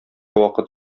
вакыт